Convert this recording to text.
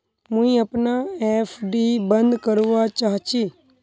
मुई अपना एफ.डी बंद करवा चहची